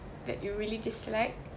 that you really dislike